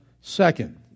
second